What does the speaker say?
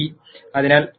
അതിനാൽ T എന്നത് eT ആണ്